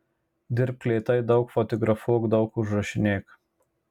dirbk lėtai daug fotografuok daug užrašinėk